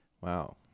Wow